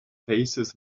faces